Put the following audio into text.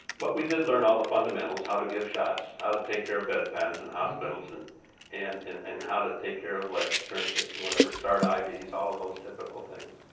but we did learn all the fundamentals, how to give shots, how to take care of bedpans and hospitals and and and and how to take care of legs, tourniquets, and whatever, start ivs, all of those typical things